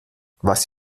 was